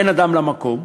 בין אדם למקום,